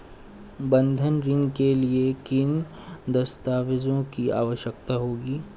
बंधक ऋण के लिए किन दस्तावेज़ों की आवश्यकता होगी?